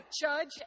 Judge